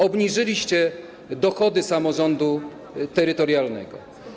Obniżyliście dochody samorządu terytorialnego.